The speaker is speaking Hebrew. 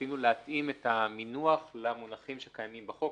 ניסינו להתאים את המינוח למונחים שקיימים בחוק,